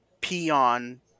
peon